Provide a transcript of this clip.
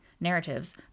narratives